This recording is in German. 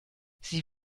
sie